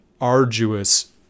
arduous